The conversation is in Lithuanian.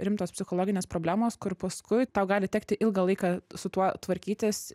rimtos psichologinės problemos kur paskui tau gali tekti ilgą laiką su tuo tvarkytis